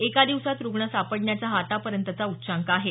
एका दिवसात रुग्ण सापडण्याचा हा आतापर्यंतचा उच्चांक आहे